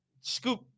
Scoop